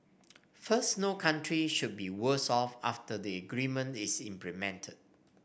first no country should be worse off after the agreement is implemented